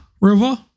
River